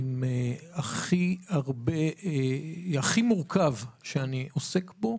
הכי מורכב שאני עוסק בו,